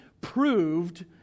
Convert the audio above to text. proved